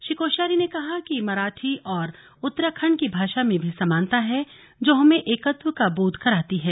श्री कोश्यारी ने कहा कि मराठी और उत्तराखण्ड की भाषा में भी समानता है जो हमें एकत्व का बोध कराती है